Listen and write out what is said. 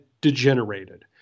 degenerated